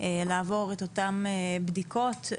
לעבור את אותן בדיקות.